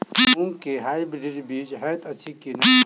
मूँग केँ हाइब्रिड बीज हएत अछि की नै?